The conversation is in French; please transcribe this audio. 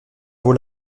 vos